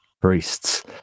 priests